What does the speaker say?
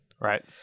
Right